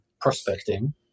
prospecting